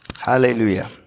Hallelujah